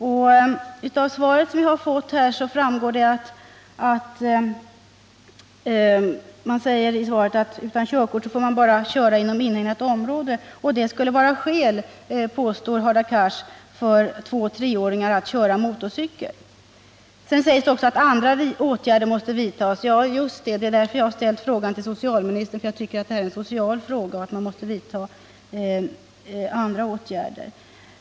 I det svar jag har fått anförs att man utan körkort bara får köra inom inhägnat område. Och det skulle vara skäl, påstår Hadar Cars, till att två-treåringar skall köra motorcykel. Sedan sägs också i svaret att andra åtgärder måste vidtas. Ja, just det! Det är därför jag har ställt frågan till socialministern. Jag tycker att det här är en social fråga och att man måste vidta andra åtgärder.